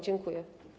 Dziękuję.